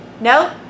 No